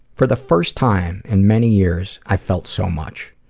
for the first time in many years, i felt so much.